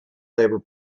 labour